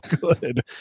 good